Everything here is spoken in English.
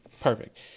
Perfect